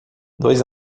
dois